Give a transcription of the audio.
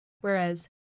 whereas